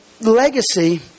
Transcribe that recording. legacy